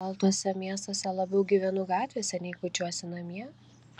o gal tuose miestuose labiau gyvenu gatvėse nei kuičiuosi namie